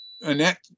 Annette